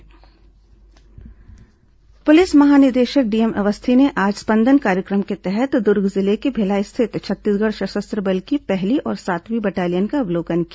स्पंदन अभियान डीजीपी पुलिस महानिदेशक डीएम अवस्थी ने आज स्पंदन कार्यक्रम के तहत दुर्ग जिले के भिलाई स्थित छत्तीसगढ़ सशस्त्र बल की पहली और सातवीं बटालियन का अवलोकन किया